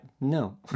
no